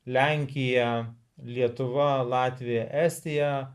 lenkija lietuva latvija estija